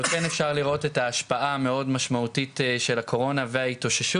אבל כן אפשר לראות את ההשפעה המאוד משמעותית של הקורונה וההתאוששות,